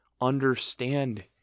understand